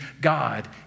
God